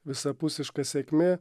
visapusiška sėkmė